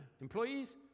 employees